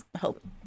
hope